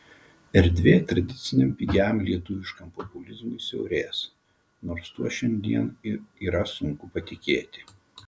erdvė tradiciniam pigiam lietuviškam populizmui siaurės nors tuo šiandien ir yra sunku patikėti